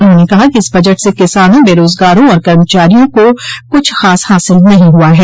उन्होंने कहा कि इस बजट से किसानों बेरोजगारों और कर्मचारियों को कुछ खास हासिल नहीं हुआ है